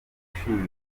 ushinzwe